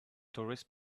tourists